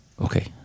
Okay